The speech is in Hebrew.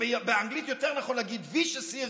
ובאנגלית יותר נכון להגיד: Vicious Circle,